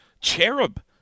cherub